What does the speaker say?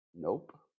Nope